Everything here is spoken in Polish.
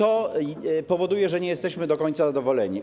Co powoduje, że nie jesteśmy do końca zadowoleni?